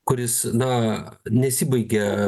kuris na nesibaigė